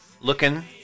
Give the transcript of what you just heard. looking